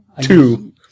two